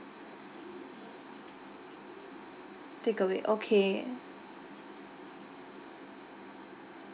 takeaway okay